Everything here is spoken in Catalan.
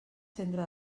centre